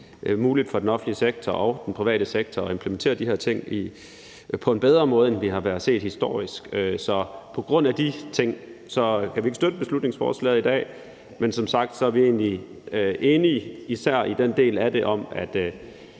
muligt for den offentlige sektor og den private sektor at implementere de her ting på en bedre måde, end vi har set historisk. Så på grund af de ting kan vi ikke støtte beslutningsforslaget i dag. Men som sagt er vi egentlig enige i især den del om, at